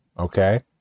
Okay